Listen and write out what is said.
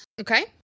Okay